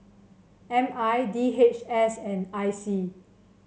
M I D H S and I C